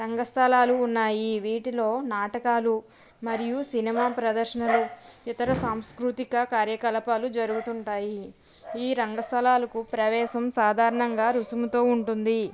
రంగస్థలాలు ఉన్నాయి వీటిలో నాటకాలు మరియు సినిమా ప్రదర్శనలు ఇతర సాంస్కృతిక కార్యకలాపాలు జరుగుతుంటాయి ఈ రంగస్థలాలకు ప్రవేశం సాధారణంగా రుసుముతో ఉంటుంది